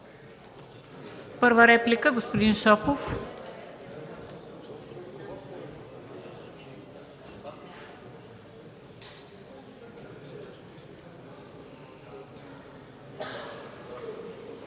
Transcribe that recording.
Първа реплика – господин Шопов.